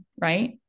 right